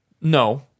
No